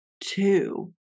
two